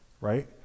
right